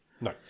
No